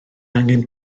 angen